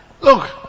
Look